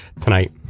tonight